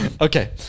Okay